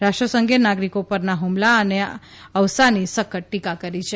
રાષ્ટ્રસંઘે નાગરિકો પરના હ્મલા અને અવસાનની સખ્ત ટીકા કરી છે